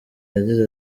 yagize